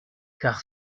car